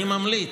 אני ממליץ,